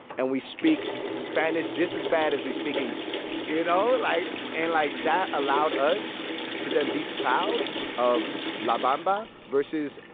and we speak spanish just as bad as we speak english, you know? like and, like, that allowed us to then be proud of la bamba versus,